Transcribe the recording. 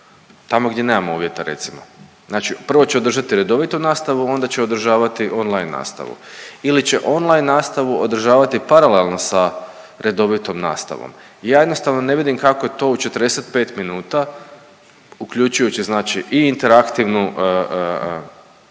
tamo gdje nemamo uvjeta recimo, znači prvo će održati redovitu nastavu, onda će održavati on-line nastavu ili će on-line nastavu održavati paralelno sa redovitom nastavom. Ja jednostavno ne vidim kako je to u 45 minuta uključujući znači i interaktivnu fizičku